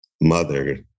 mother